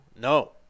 no